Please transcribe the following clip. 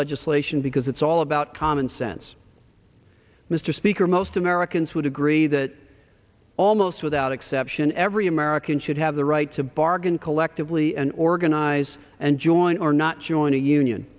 legislation because it's all about common sense mr speaker most americans would agree that almost without exception every american should have the right to bargain collectively and organize and join or not join a union